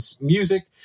music